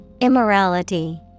immorality